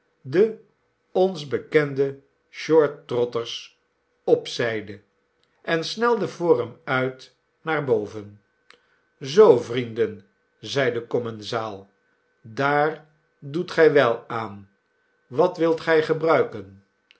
den ons bekenden short trotters op zijde en snelde voor hem uit naar boven zoo vrienden i zeide de commensaal daar doet gij wel aan wat wilt gij gebruiken